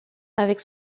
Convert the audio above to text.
avec